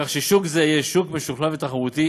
כך ששוק זה יהיה שוק משוכלל ותחרותי,